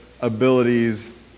abilities